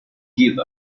give